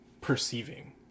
perceiving